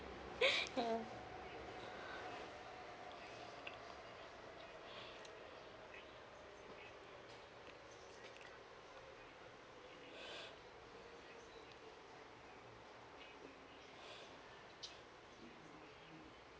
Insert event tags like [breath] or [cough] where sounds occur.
[laughs] ya [breath]